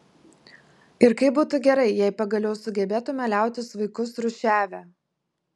ir kaip būtų gerai jei pagaliau sugebėtume liautis vaikus rūšiavę